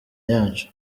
yacu